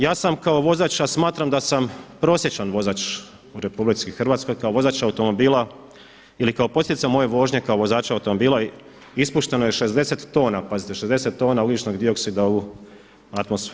Ja sam kao vozač a smatram da sam prosječan vozač u RH, kao vozač automobila, ili kao posljedica moje vožnje kao vozača automobila ispušteno je 60 tona, pazite 60 tona ugljičnog dioksida u atmosferu.